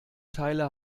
teile